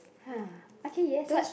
!ha! okay yes what